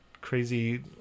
crazy